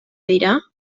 dira